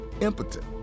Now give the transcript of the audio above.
impotent